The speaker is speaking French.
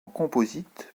composite